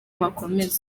bakomeze